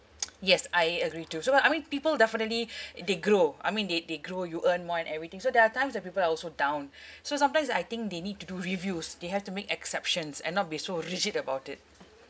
yes I agree too so ya I mean people definitely they grow I mean they they grow you earn more and everything so there are times that people are also down so sometimes like I think they need to do reviews they have to make exceptions and not be so rigid about it